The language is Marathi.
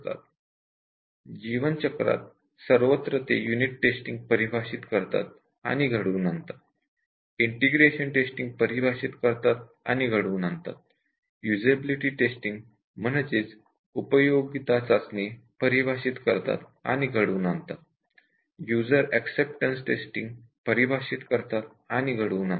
ते लाइफ सायकल मध्ये सर्वत्र unit testing integration testing usability testing आणि यूजर एक्सेप्टेंस टेस्टिंग चे नियोजन करतात आणि टेस्टिंग करतात